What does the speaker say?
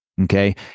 Okay